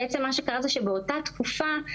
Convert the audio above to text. באותה תקופה,